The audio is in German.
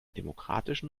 demokratischen